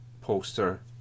poster